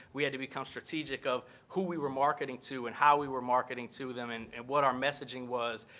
we had to become strategic of who we were marketing to and how we were marketing to them and and what our messaging was.